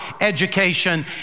education